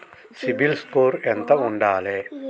CIBIL score ఎంత ఉండాలే?